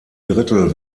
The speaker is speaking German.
drittel